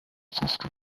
fifty